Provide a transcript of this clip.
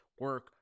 Work